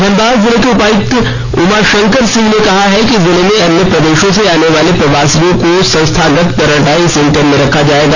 धनबाद जिले के उपायुक्त उमा शंकर सिंह ने जिले में अन्य प्रदेशों से आने वाले प्रवासियों को संस्थागत क्वॉरंटाइन सेंटर में रखा जायेगा